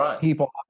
people